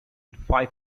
five